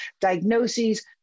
diagnoses